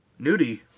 nudie